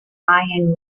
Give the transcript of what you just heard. mayan